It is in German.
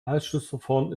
ausschlussverfahren